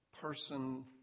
person